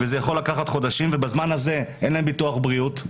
זה יכול לקחת חודשים ובזמן הזה אין להם ביטוח בריאות,